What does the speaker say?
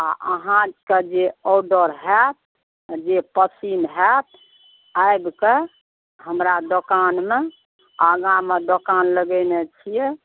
आओर अहाँके जे ऑडर हैत जे पसिन्न हैत आबिकऽ हमरा दोकानमे आगाँमे दोकान लगेने छिए